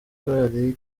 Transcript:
korali